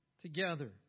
together